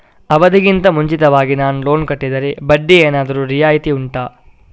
ಅವಧಿ ಗಿಂತ ಮುಂಚಿತವಾಗಿ ನಾನು ಲೋನ್ ಕಟ್ಟಿದರೆ ಬಡ್ಡಿ ಏನಾದರೂ ರಿಯಾಯಿತಿ ಉಂಟಾ